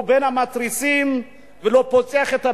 הוא בין המתריסים, ולא פוצה את הפה.